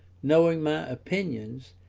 knowing my opinions,